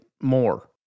more